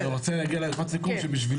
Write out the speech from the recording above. התחלתי לדבר על